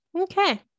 okay